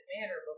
manner